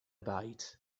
bite